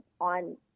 on